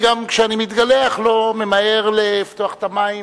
גם כשאני מתגלח אני לא ממהר לפתוח את המים